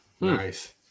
Nice